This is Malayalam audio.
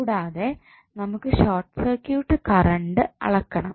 കൂടാതെ നമുക്ക് ഷോർട്ട് സർക്യൂട്ട് കറണ്ട് അളക്കണം